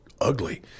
ugly